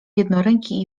jednoręki